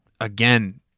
again